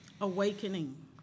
awakening